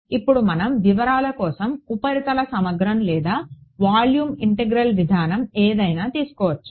ఇప్పుడు మనం వివరాల కోసం ఉపరితల సమగ్రం లేదా వాల్యూమ్ ఇంటిగ్రల్ విధానం ఏదైనా తీసుకోవచ్చు